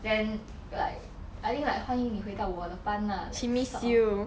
then like I think like 欢迎你回到我的班 lah sort of